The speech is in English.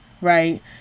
right